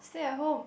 stay at home